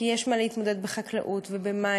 כי יש עם מה להתמודד בחקלאות ובמים.